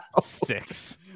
six